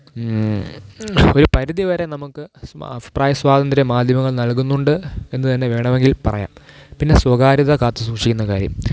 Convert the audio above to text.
ഒരു പരിധിവരെ നമുക്ക് സ്മ അഭിപ്രായ സ്വാതന്ത്ര്യം മാധ്യമങ്ങള് നല്കുന്നുണ്ട് എന്നു തന്നെ വേണമെങ്കില് പറയാം പിന്നെ സ്വകാര്യത കാത്തു സൂക്ഷിക്കുന്ന കാര്യം